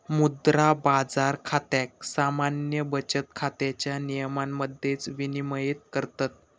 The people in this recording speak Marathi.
मुद्रा बाजार खात्याक सामान्य बचत खात्याच्या नियमांमध्येच विनियमित करतत